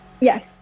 Yes